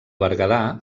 berguedà